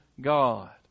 God